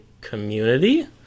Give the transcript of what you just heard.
community